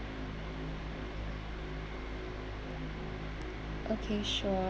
okay sure